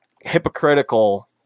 hypocritical